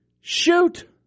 shoot